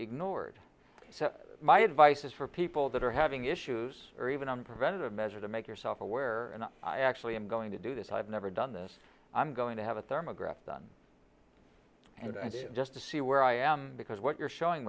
ignored so my advice is for people that are having issues or even on preventative measure to make yourself aware and actually i'm going to do this i've never done this i'm going to have a thermal graft done and i do just to see where i am because what you're showing